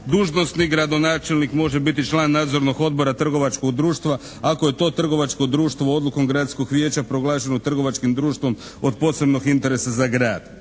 dužnosnik, gradonačelnik može biti član Nadzornog odbora, trgovačkog društva ako je to trgovačko društvo odlukom gradskog vijeća proglašeno trgovačkim društvom od posebnog interesa za grad.